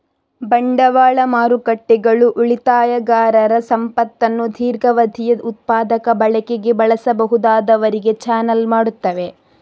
ಬಂಡವಾಳ ಮಾರುಕಟ್ಟೆಗಳು ಉಳಿತಾಯಗಾರರ ಸಂಪತ್ತನ್ನು ದೀರ್ಘಾವಧಿಯ ಉತ್ಪಾದಕ ಬಳಕೆಗೆ ಬಳಸಬಹುದಾದವರಿಗೆ ಚಾನಲ್ ಮಾಡುತ್ತವೆ